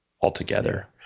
altogether